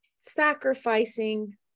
sacrificing